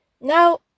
now